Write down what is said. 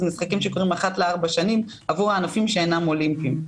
אלה משחקים שקורים אחת לארבע שנים עבור הענפים שאינם אולימפיים.